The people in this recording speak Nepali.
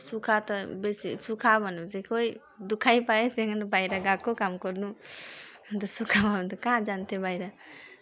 सुख त बेसी सुख भनेपछि खै दुखै पाएँ त्यही भएर बाहिर गएको काम गर्नु अनि त सुख भयो भने त कहाँ जान्थेँ बाहिर